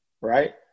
right